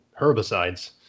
herbicides